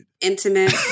Intimate